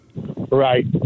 Right